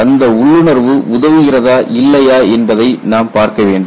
அந்த உள்ளுணர்வு உதவுகிறதா இல்லையா என்பதை நாம் பார்க்க வேண்டும்